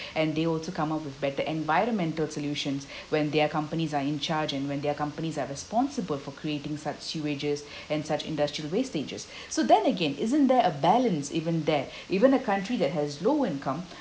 and they also come up with better environmental solutions when their companies are in charge and when their companies are responsible for creating such sewages and such industrial wastages so then again isn't there a balance even there even a country that has low income